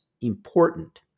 important